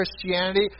Christianity